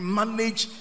manage